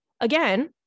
again